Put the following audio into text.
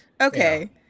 Okay